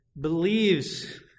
believes